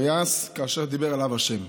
"ויעש כאשר דיבר אליו ה'".